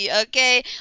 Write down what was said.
okay